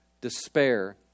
despair